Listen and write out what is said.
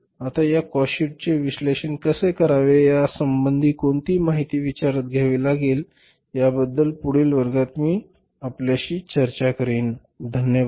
आता या काॅस्ट शीटचे विश्लेषण कसे करावे यासंबंधी कोणती माहिती विचारात घ्यावी लागेल याबद्दल पुढील वर्गात मी आपल्याशी चर्चा करीन धन्यवाद